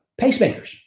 pacemakers